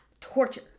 torture